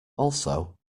also